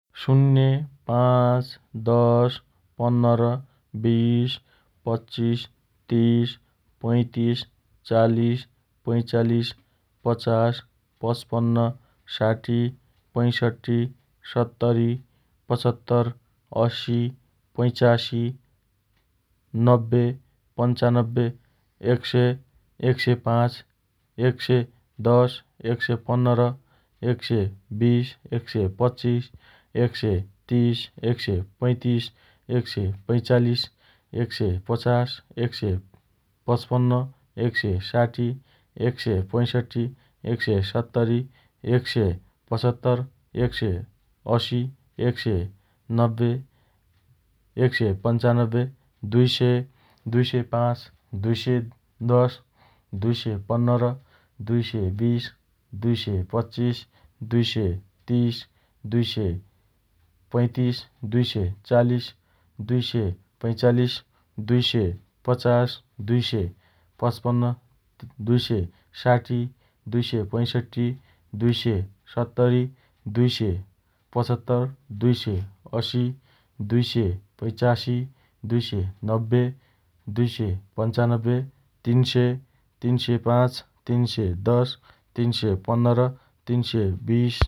शून्य, पाँच, दश, पन्नर, बीस, पच्चिस, तीस, पैँतिस, चालिस, पैँचालिस, पचास, पचपन्न, साठी, पैँसट्ठी, सत्तरी, पचहत्तर असी, पैँचासी, नब्बे, पन्चान्नब्बे, एक सय, एकसय पाँच, एक सय दश, एक सय पन्नर, एक सय बीस, एक सय पच्चिस, एक सय तीस, एक सय पैँतिस, एक सय पैँचालिस, एक सय पचास, एक सय पचपन्न, एक सय साठी, एक सय पैँसट्ठी, एक सय सत्तरी, एक सय पचहत्तर, एक सय असी, एक सय नब्बे, एक सय पन्चान्नब्बे, दुई सय, दुई सय पाँच, दुई सय दश, दुई सय पन्नर, दुई सय बीस, दुई सय पच्चिस, दुई सय तीस, दुई सय पैँतिस, दुई सय चालिस, दुई सय पैँचालिस, दुई सय पचास, दुई सय पचपन्न, दुई सय साठी, दुई सय पैँसट्ठी, दुई सय सत्तरी, दुई सय पचहत्तर, दुई सय असी, दुई सय पैँचासी, दुई सय नब्बे, दुई सय पन्चान्नब्बे, तीन सय, तीन सय पाँच, तीन सय दश, तीन सय पन्नर, तीन सय बीस